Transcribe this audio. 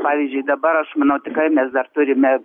pavyzdžiui dabar aš manau tikrai mes dar turime